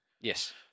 Yes